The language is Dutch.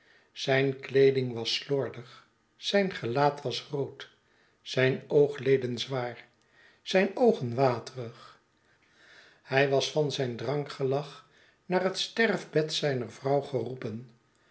zijn kleeding was slordig zijn gelaat was rood zijn oogleden zwaar zijn oogen waterig hij was van zijn drinkgede dood eens deonkaards lag naar het sterfbed zijner vrouw geroepen